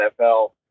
NFL